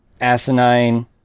asinine